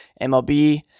MLB